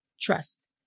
trust